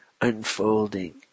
unfolding